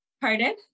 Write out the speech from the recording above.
Pardon